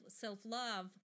self-love